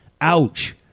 Ouch